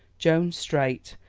jones strait,